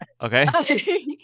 Okay